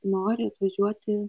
nori atvažiuoti